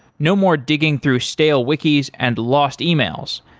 no more digging through stale wiki's and lost e-mails.